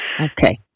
Okay